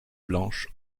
blanches